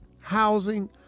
housing